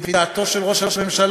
לפי דעתו של ראש הממשלה,